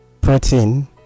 protein